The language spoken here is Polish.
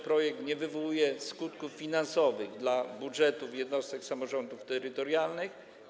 Projekt nie wywołuje skutków finansowych dla budżetów jednostek samorządów terytorialnych.